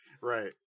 Right